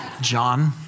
John